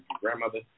Grandmother